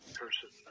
person